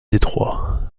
détroit